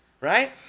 right